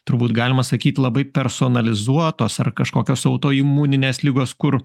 turbūt galima sakyt labai personalizuotos ar kažkokios autoimuninės ligos kur